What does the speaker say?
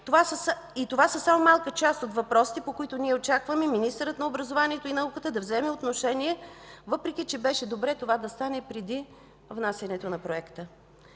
и това са само малка част от въпросите, по които ние очакваме министърът на образованието и науката да вземе отношение, въпреки че беше добре това да стане преди внасянето на Законопроекта.